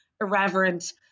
irreverent